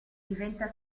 diventa